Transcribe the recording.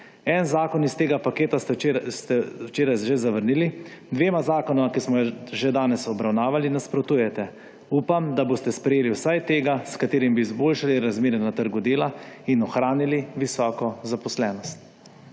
En zakon iz tega paketa ste včeraj že zavrnili, dvema zakonoma, ki smo ju že danes obravnavali, nasprotujete. Upam, da boste sprejeli vsaj tega, s katerim bi izboljšali razmere na trgu dela in ohranili visoko zaposlenost.